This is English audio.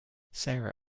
sarah